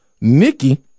Nikki